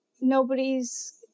nobody's